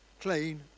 Clean